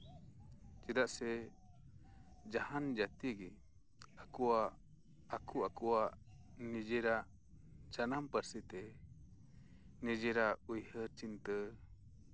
ᱪᱮᱫᱟᱜ ᱥᱮ ᱡᱟᱦᱟᱱ ᱡᱟᱹᱛᱤ ᱜᱮ ᱟᱠᱚᱣᱟᱜ ᱟᱠᱚ ᱟᱠᱚᱣᱟᱜ ᱱᱤᱡᱮᱨᱟᱜ ᱡᱟᱱᱟᱢ ᱯᱟᱹᱨᱥᱤ ᱛᱮ ᱱᱤᱡᱮᱨᱟᱜ ᱩᱭᱦᱟᱹᱨ ᱪᱤᱱᱛᱟᱹ